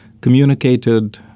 communicated